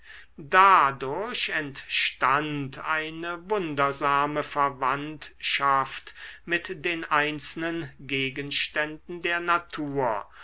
dadurch entstand eine wundersame verwandtschaft mit den einzelnen gegenständen der natur